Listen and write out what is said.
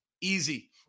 easy